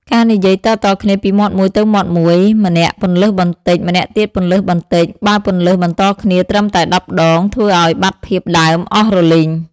ការនិយាយតៗគ្នាពីមាត់មួយទៅមាត់មួយ ម្នាក់ពន្លើសបន្តិច ម្នាក់ទៀតពន្លើសបន្តិច។ បើពន្លើសបន្តគ្នាត្រឹមតែដប់ដង ធ្វើឱ្យបាត់ភាពដើមអស់រលីង។